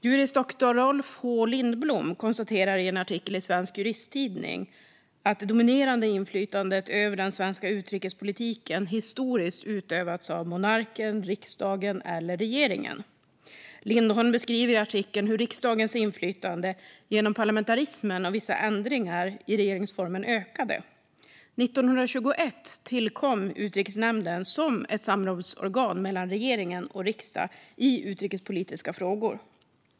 Juris doktor Rolf H Lindblom konstaterar i en artikel i Svensk Juristtidning 1991 att det dominerande inflytandet över den svenska utrikespolitiken historiskt sett har utövats av monarken, riksdagen eller regeringen. Lindholm beskriver i artikeln hur riksdagens inflytande genom parlamentarismen och vissa ändringar i regeringsformen ökade. 1921 tillkom Utrikesnämnden som ett samrådsorgan mellan regering och riksdag i utrikespolitiska frågor.